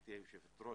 גברתי היושבת-ראש,